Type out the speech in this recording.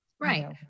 Right